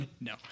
No